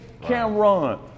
Cameron